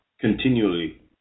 continually